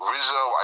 Rizzo